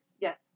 Yes